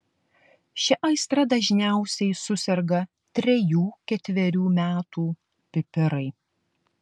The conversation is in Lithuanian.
šia aistra dažniausiai suserga trejų ketverių metų pipirai